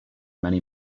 many